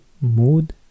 Mood